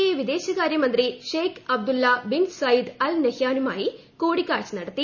E വിദേശകാര്യ മന്ത്രി Sheikh Abdullah bin Zayed Al നഹ്യാനുമായി കൂടിക്കാഴ്ച നടത്തി